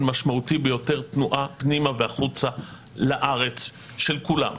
משמעותי ביותר תנועה פנימה והחוצה לארץ של כולם,